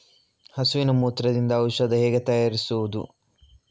ಹಸುವಿನ ಮೂತ್ರದಿಂದ ಔಷಧ ಹೇಗೆ ತಯಾರಿಸುವುದು?